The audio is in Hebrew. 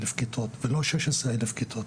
כן, יש, מופיע.